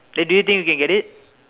then do you think you can get it